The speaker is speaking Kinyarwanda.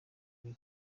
buri